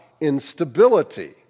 Instability